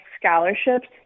scholarships